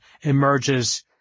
emerges